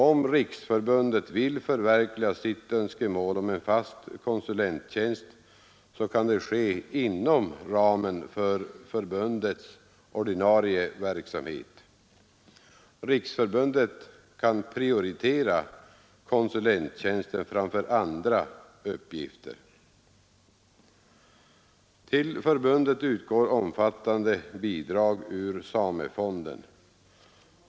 Om riksförbundet vill förverkliga sitt önskemål om en fast konsulenttjänst, kan det ske inom ramen för förbundets ordinarie verksamhet. Riksförbundet kan prioritera konsulenttjänster framför andra uppgifter. Till förbundet utgår omfattande bidrag ur samefonden.